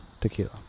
tequila